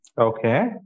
Okay